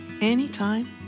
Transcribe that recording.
anytime